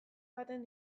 jaten